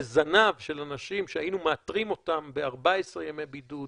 לזנב של אנשים שהיינו מאתרים אותם ב-14 ימי בידוד